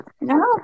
No